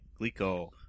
glico